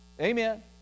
Amen